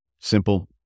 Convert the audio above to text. simple